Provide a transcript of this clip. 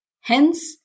Hence